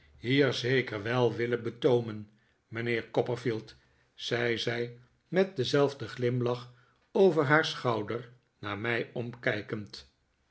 hier zeker wel willen betoomen mijnheer copperfield zei zij met denzelfden glimlach over haar schouder naar mij omkijkend